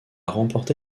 remporté